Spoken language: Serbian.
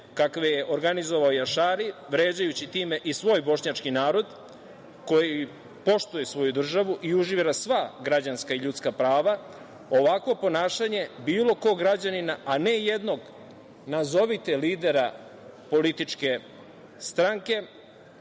kakve je organizovao Jašari, vređajući time i svoj bošnjački narod koji poštuje svoju državu i uživala sva građanska i ljudska prava, ovako ponašanje bilo kog građanina, a ne jednog, nazovite lidera, političke stranke